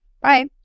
Bye